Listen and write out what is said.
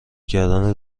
کردن